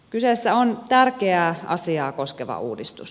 kyseessä on tärkeää asiaa koskeva uudistus